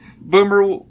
Boomer –